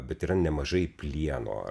bet yra nemažai plieno